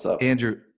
Andrew